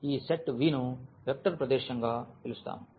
ఈ set V ను vector ప్రదేశంగా పిలుస్తాము